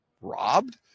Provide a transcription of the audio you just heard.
robbed